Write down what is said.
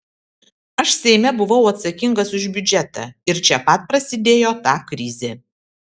aš seime buvau atsakingas už biudžetą ir čia pat prasidėjo ta krizė